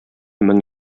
мең